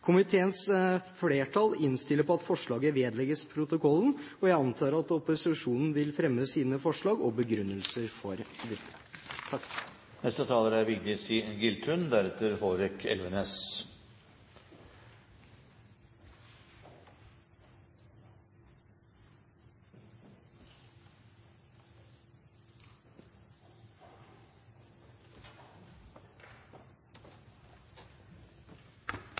Komiteens flertall innstiller på at forslaget vedlegges protokollen. Jeg antar at opposisjonen vil fremme sine forslag med begrunnelse for disse.